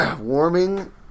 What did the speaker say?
warming